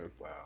Wow